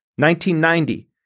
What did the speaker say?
1990